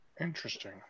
interesting